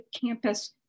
campus